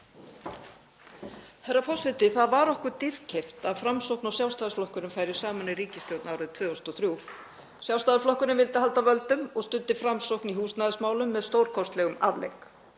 Það var okkur dýrkeypt að Framsókn og Sjálfstæðisflokkurinn færu saman í ríkisstjórn árið 2003. Sjálfstæðisflokkurinn vildi halda völdum og studdi Framsókn í húsnæðismálum með stórkostlegum afleik.